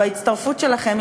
וההצטרפות שלכם,